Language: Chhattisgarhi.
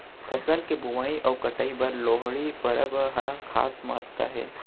फसल के बोवई अउ कटई बर लोहड़ी परब ह खास महत्ता हे